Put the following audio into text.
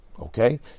okay